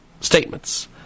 statements